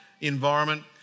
environment